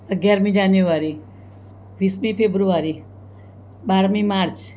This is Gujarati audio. અગિયારમી જાન્યુઆરી વીસમી ફેબ્રુઆરી બારમી માર્ચ